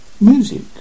Music